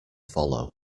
follow